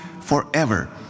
forever